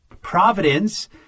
Providence